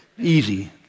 easy